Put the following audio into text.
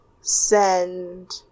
send